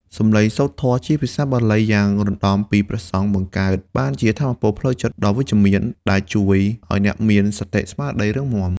សម្លេងសូត្រធម៌ជាភាសាបាលីយ៉ាងរណ្តំពីព្រះសង្ឃ បង្កើតបានជាថាមពលផ្លូវចិត្តដ៏វិជ្ជមាន ដែលជួយឱ្យអ្នកមានសតិស្មារតីរឹងមាំ។